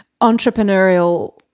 entrepreneurial